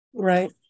Right